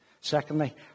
Secondly